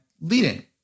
leading